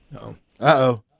Uh-oh